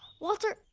walter?